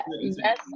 Yes